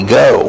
go